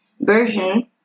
version